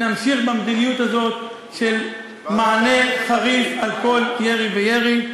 אני חושב שאנחנו נמשיך במדיניות הזאת של מענה חריף על כל ירי וירי,